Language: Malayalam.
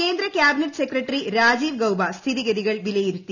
കേന്ദ്ര കാബിന്റ്റ് ഒസക്രട്ടറി രാജീവ് ഗൌബ സ്ഥി്തിഗതികൾ വിലയിരുത്തി